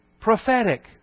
prophetic